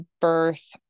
birth